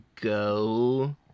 go